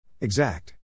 Exact